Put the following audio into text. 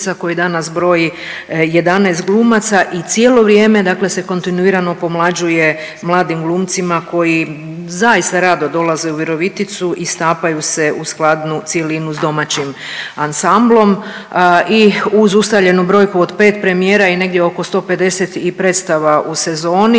koje danas broji 11 glumaca i cijelo vrijeme dakle se kontinuirano pomlađuje mladim glumcima koji zaista rado dolaze u Viroviticu i stapaju se u skladnu cjelinu s domaćim ansamblom i uz ustaljenu brojku od 5 premijera i negdje oko 150 i predstava u sezoni